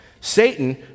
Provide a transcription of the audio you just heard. Satan